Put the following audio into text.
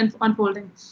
unfolding